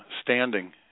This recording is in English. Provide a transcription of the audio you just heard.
standing